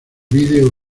video